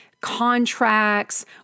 contracts